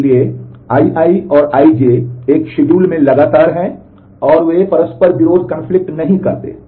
इसलिए यदि Ii और Ij एक शेड्यूल में लगातार हैं और वे परस्पर विरोध नहीं करते हैं